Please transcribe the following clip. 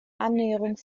annäherung